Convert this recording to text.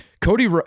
Cody